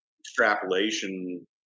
extrapolation